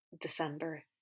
December